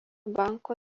banko